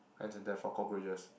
and to death of cockroaches